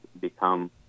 become